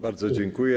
Bardzo dziękuję.